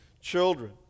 children